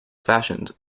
fashioned